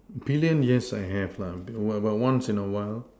billion yes I have lah but once in a while